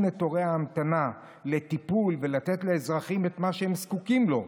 את תורי ההמתנה לטיפול ולתת לאזרחים את מה שהם זקוקים לו.